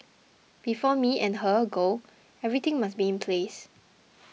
before me and her go everything must be in place